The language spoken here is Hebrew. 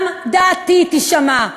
גם דעתי תישמע,